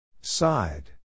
Side